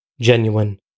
genuine